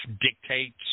dictates